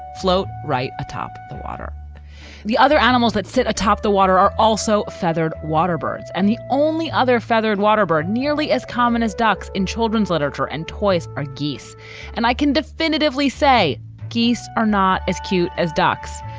float right atop the water the other animals that sit atop the water are also feathered waterbirds. and the only other feathered waterbird nearly as common as ducks in children's literature and toys are geese and i can definitively say geese are not as cute as ducks.